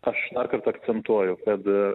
aš dar kartą akcentuoju kad